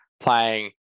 playing